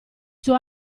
suo